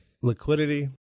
liquidity